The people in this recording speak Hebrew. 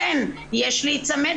לכן יש להיצמד,